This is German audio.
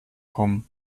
kommen